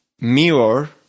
mirror